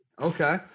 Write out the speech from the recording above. Okay